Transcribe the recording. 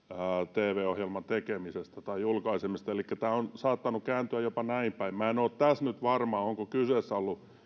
tv ohjelman tekemisestä tai julkaisemisesta elikkä tämä on saattanut kääntyä jopa näin päin minä en ole tässä nyt varma onko kyseessä ollut